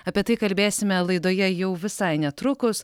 apie tai kalbėsime laidoje jau visai netrukus